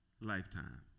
lifetime